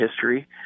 history